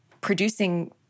producing